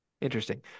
Interesting